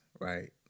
right